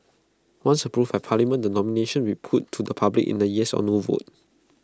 once approved by parliament the nomination put to the public in A yes or no vote